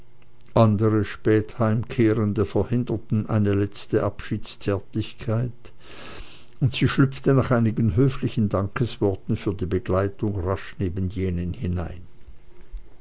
andere spät heimkehrende verhinderten eine letzte abschiedszärtlichkeit und sie schlüpfte nach einigen höflichen dankesworten für die begleitung rasch neben jenen hinein